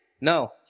No